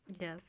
yes